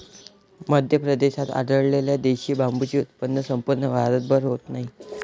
मध्य प्रदेशात आढळलेल्या देशी बांबूचे उत्पन्न संपूर्ण भारतभर होत नाही